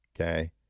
Okay